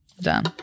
Done